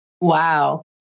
Wow